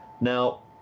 Now